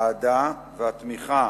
האהדה והתמיכה